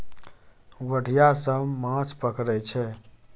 गोढ़िया सब माछ पकरई छै